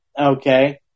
Okay